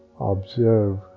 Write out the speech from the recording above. Observe